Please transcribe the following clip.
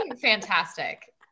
fantastic